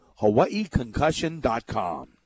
HawaiiConcussion.com